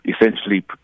essentially